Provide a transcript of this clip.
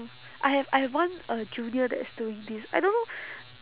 I have I have one uh junior that is doing this I don't know